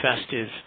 festive